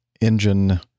engine